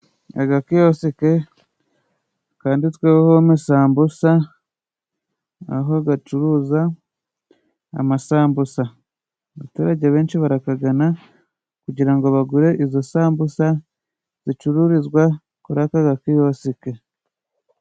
Agakiyosike kanditsweho home sambusa, aho gacuruza amasambusa. Abaturage benshi barakagana, kugira ngo bagure izo sambusa, zicururizwa kuri aka gakiyosike.